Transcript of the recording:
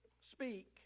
speak